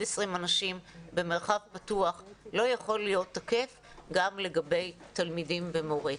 20 אנשים במרחב הפתוח לא יכול להיות תקף גם לגבי תלמידים ומורה?